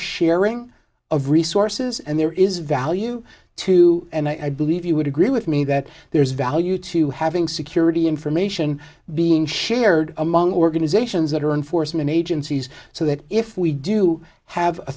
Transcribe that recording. sharing of resources and there is valley you too and i believe you would agree with me that there is value to having security information being shared among organizations that are enforcement agencies so that if we do have a